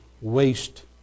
waste